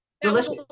Delicious